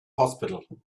hospital